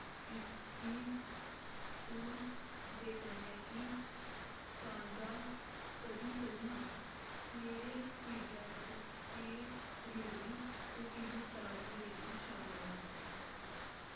इसगी तुं'दे कन्नै गै सांझा करी सकनां मेरे फीडबैक च तेज डलीवरी दे तिन्न स्टार दी रेटिंग शामल ऐ